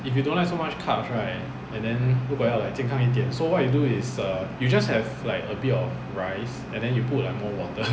if you don't like so much carbs right and then 如果要健康一点 so what you do is err you just have a bit of rice and then you put like more water